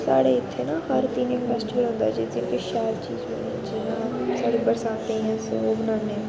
साढ़े इत्थें न भारती फैस्टिवल जिस दिन कोई शैल चीज़ जियां साढ़े बरसांत दिन अस ओह् बनान्ने